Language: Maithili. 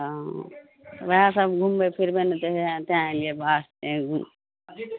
वएह सब घुमबय फिरबय नहि तऽ वएह तैँ अयलियै बाहरसँ घूमय लए